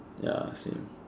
ya same